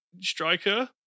striker